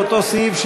לאותו סעיף,